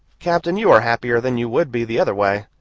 captain, you are happier than you would be, the other way.